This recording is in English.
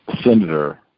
Senator